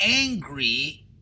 angry